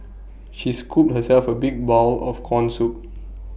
she scooped herself A big bowl of Corn Soup